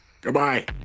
Goodbye